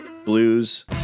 Blues